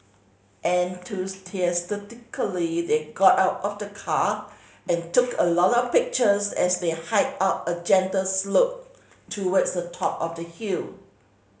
enthusiastically they got out of the car and took a lot of pictures as they hiked up a gentle slope towards the top of the hill